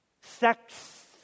sex